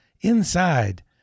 inside